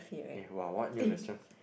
eh !wow! !wah! what new restaurants